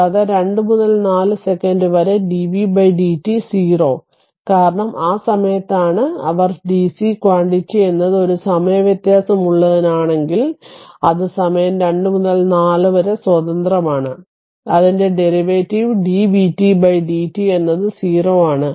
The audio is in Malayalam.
കൂടാതെ 2 മുതൽ 4 സെക്കന്റ് വരെ dvtdt 0 കാരണം അത് ആ സമയത്താണ് ആർ dc ക്വാണ്ടിറ്റി എന്നത് ഒരു സമയ വ്യത്യാസമുള്ളതാണെങ്കിൽ അത് സമയം 2 മുതൽ 4 വരെ സ്വതന്ത്രമാണ് അതിന്റെ ഡെറിവേറ്റീവ് dvtdt എന്നത് 0 ആണ്